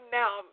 now